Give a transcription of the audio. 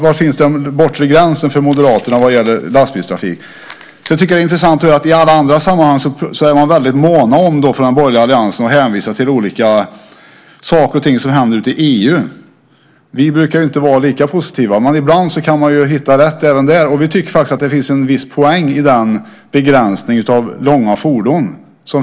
Var finns den bortre gränsen för Moderaterna vad gäller lastbilstrafik? Det är intressant att höra att man från den borgerliga alliansen i alla andra sammanhang är väldigt mån om att hänvisa till olika saker och ting som händer i EU. Vi brukar inte vara lika positiva, men ibland kan man hitta rätt även där. Vi tycker faktiskt att det finns en viss poäng i begränsningen av långa fordon.